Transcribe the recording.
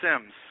Sims